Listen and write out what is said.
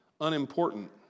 unimportant